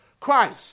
Christ